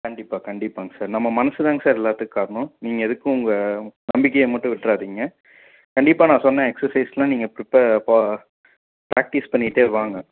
கண்டிப்பாக கண்டிப்பாங்க சார் நம்ம மனதுதாங்க சார் எல்லாத்துக்கும் காரணம் நீங்கள் எதுக்கும் உங்கள் நம்பிக்கையை மட்டும் விட்டுறாதிங்க கண்டிப்பாக நான் சொன்ன எக்ஸசைஸெல்லாம் நீங்கள் ப்ரிப்பேர் ப ப்ராக்டிஸ் பண்ணிக்கிட்டே வாங்க